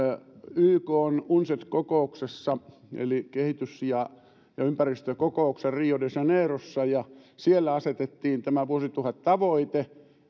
ykn unced kokouksessa eli kehitys ja ympäristökokouksessa rio de janeirossa ja siellä asetettiin tämä vuosituhattavoite